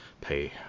pay